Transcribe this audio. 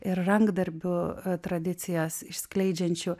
ir rankdarbių tradicijas išskleidžiančių